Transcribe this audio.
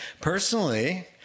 Personally